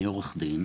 אני עורך דין,